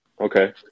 Okay